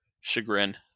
chagrin